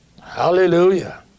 Hallelujah